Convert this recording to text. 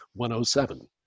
107